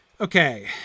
Okay